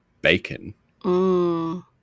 bacon